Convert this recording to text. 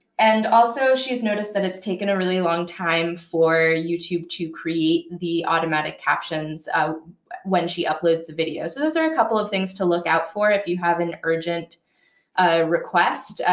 and also, she's noticed that it's taken a really long time for youtube to create the automatic captions when she uploads the videos. so those are a couple of things to look out for. if you have an urgent request,